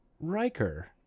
Riker